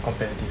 competitive